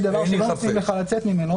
יש דבר שלא נותנים לך לצאת ממנו,